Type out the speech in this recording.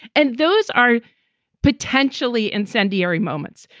and those are potentially incendiary moments.